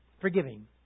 forgiving